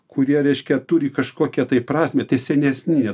kurie reiškia turi kažkokią tai prasmę tie senesni jie